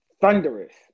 thunderous